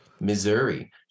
Missouri